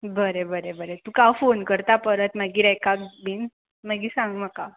बरें बरें बरें तुका हांव फोन करता परत मागीर एकाक बीन मागी सांग म्हाका